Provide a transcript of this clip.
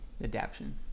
adaption